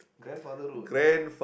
grandfather road